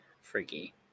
freaky